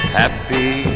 happy